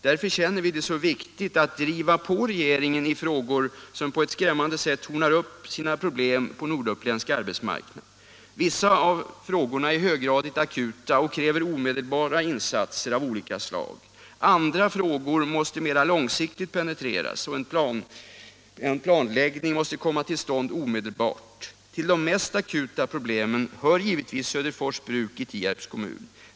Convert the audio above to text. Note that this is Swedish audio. Därför känner vi det så viktigt att driva på regeringen i frågor som på ett skrämmande sätt tornar upp sina problem på norduppländsk arbetsmarknad. Vissa av frågorna är höggradigt akuta och kräver omedelbara insatser av olika slag. Andra frågor måste mera långsiktigt penetreras, och en planläggning måste komma till stånd omedelbart. Till de mest akuta problemen hör givetvis Söderfors bruk i Tierps kommun.